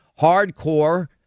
hardcore-